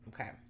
Okay